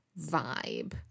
vibe